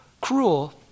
cruel